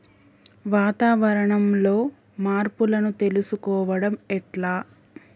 వాతావరణంలో మార్పులను తెలుసుకోవడం ఎట్ల?